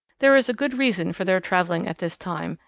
there is a good reason for their travelling at this time,